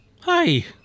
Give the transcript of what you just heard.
Hi